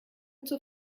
zur